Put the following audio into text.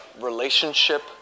relationship